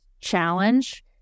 challenge